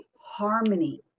harmony